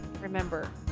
remember